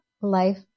life